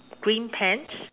green pants